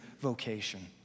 vocation